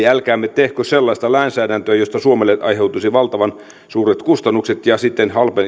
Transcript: älkäämme tehkö sellaista lainsäädäntöä josta suomelle aiheutuisi valtavan suuret kustannukset ja sitten